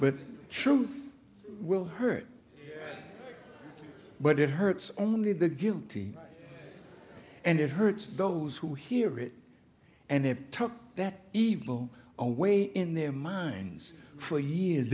but truth will hurt but it hurts only the guilty and it hurts those who hear it and have that evil away in their minds for years